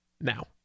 now